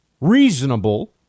reasonable